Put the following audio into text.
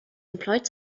employed